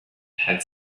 had